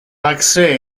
accès